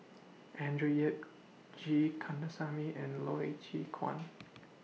Andrew Yip G Kandasamy and Loy Chye Chuan